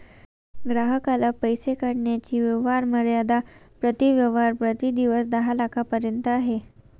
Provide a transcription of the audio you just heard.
ग्राहकाला पैसे काढण्याची व्यवहार मर्यादा प्रति व्यवहार प्रति दिवस दहा लाखांपर्यंत आहे